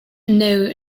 know